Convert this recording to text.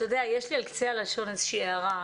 יש לי על קצה הלשון איזושהי הערה.